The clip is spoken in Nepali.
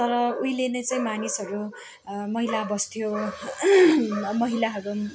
तर उहिले नै चाहिँ मानिसहरू मैला बस्थ्यो महिलाहरू